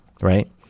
right